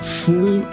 full